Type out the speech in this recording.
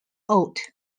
old